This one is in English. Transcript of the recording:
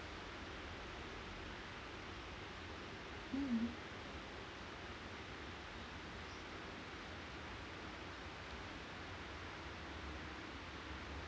mm